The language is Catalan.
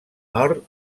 nord